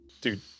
Dude